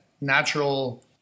natural